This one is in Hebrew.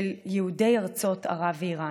של יהודי ארצות ערב ואיראן,